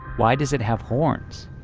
why does it have horns?